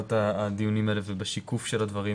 בקבלת הדיונים האלה ובשיקוף של הדברים